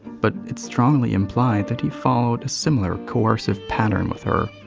but it's strongly implied that he followed a similar coercive pattern with her.